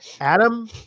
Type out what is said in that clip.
Adam